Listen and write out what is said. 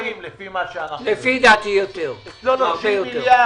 לפי דעתי יותר, הרבה יותר.